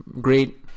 great